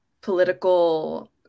political